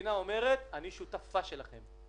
המדינה אומרת: אני שותפה שלכם.